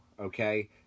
okay